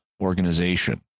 organization